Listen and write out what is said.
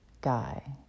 guy